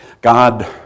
God